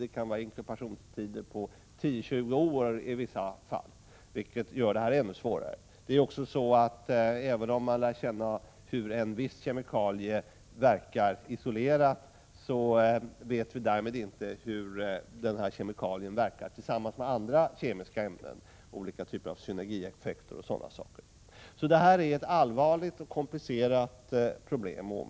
Det kan röra sig om inkubationstider på 10-20 år i vissa fall, vilket gör en bedömning ännu svårare. Även om man lär känna hur en viss kemikalie 96 verkar isolerat, vet vi därmed inte hur den verkar tillsammans med andra I kemiska ämnen. Det kan uppstå olika typer av synergieffekter. Detta är — Prot. 1986/87:119 alltså ett allvarligt och komplicerat problem.